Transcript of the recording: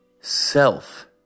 self